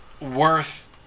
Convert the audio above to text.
worth